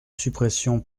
suppression